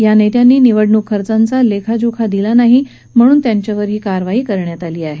या नेत्यांनी निवडणूक खर्चांचा लेखाजोखा दिला नाही म्हणून त्यांच्यावर ही कारवाई करण्यात आली आहे